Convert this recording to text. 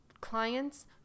clients